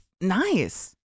nice